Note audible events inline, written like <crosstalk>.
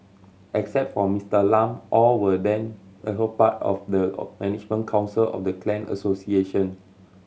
except for Mister Lam all were then <unintelligible> part of the <unintelligible> management council of the clan association